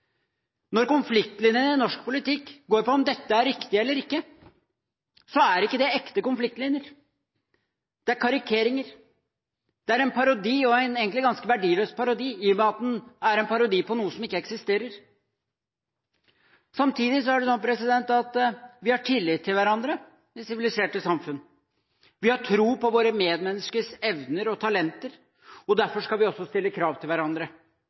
Når konfliktlinjene i norsk politikk går mellom om dette er riktig eller ikke, er det ikke ekte konfliktlinjer – det er karikeringer. Det er en parodi, og egentlig en ganske verdiløs parodi, i og med at det er en parodi på noe som ikke eksisterer. Samtidig er det sånn at vi har tillit til hverandre i siviliserte samfunn. Vi har tro på våre medmenneskers evner og talenter. Derfor skal vi også stille krav til hverandre.